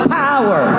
power